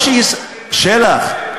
שלח,